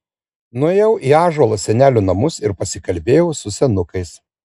nuėjau į ąžuolo senelių namus ir pasikalbėjau su senukais